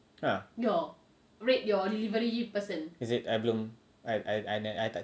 ah is it I belum I I I nev~ I tak